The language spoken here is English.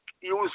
use